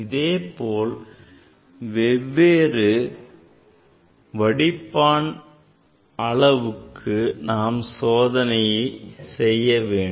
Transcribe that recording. இதே போல் வெவ்வேறு வடிப்பான் அளவுக்கு நாம் சோதனையை செய்ய வேண்டும்